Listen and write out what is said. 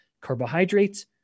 carbohydrates